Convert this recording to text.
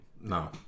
No